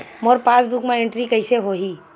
मोर passbook मा entry कइसे होही?